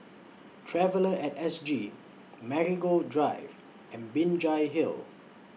Traveller At S G Marigold Drive and Binjai Hill